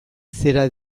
zera